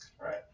Right